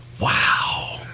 Wow